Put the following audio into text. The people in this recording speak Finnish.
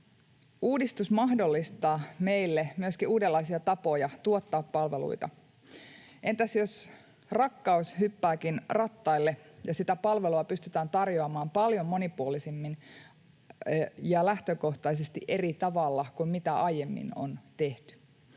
Uudistus mahdollistaa meille myöskin uudenlaisia tapoja tuottaa palveluita. Entäs jos rakkaus hyppääkin rattaille ja sitä palvelua pystytään tarjoamaan paljon monipuolisemmin ja lähtökohtaisesti eri tavalla kuin aiemmin on tehty,